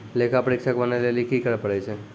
लेखा परीक्षक बनै लेली कि करै पड़ै छै?